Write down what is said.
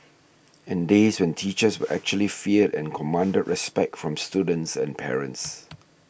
and days when teachers were actually feared and commanded respect from students and parents